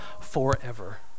forever